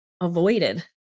avoided